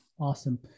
Awesome